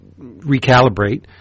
recalibrate